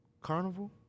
Carnival